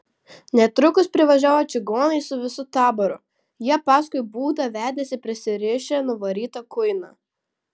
netrukus privažiavo čigonai su visu taboru jie paskui būdą vedėsi prisirišę nuvarytą kuiną